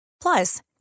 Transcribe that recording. Plus